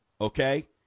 okay